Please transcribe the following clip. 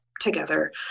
together